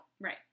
Right